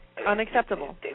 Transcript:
Unacceptable